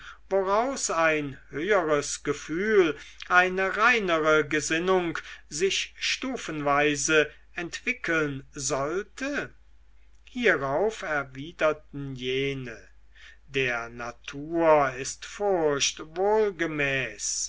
woraus ein höheres gefühl eine reinere gesinnung sich stufenweise entwickeln sollte hierauf erwiderten jene der natur ist furcht wohl